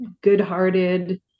good-hearted